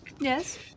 yes